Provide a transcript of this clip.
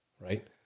right